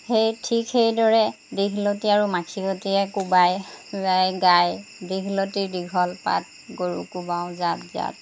সেই ঠিক সেইদৰে দীঘলতি আৰু মাখিয়তীয়ে কোবাই গায় দীঘলতি দীঘল পাত গৰু কোবাওঁ জাত জাত